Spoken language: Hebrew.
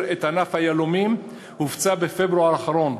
את ענף היהלומים הופצה בפברואר האחרון,